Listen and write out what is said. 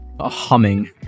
Humming